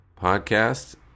podcast